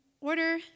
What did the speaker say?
order